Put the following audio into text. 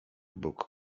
bóg